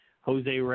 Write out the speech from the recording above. Jose